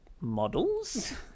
Models